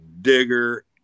Digger